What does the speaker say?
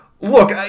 look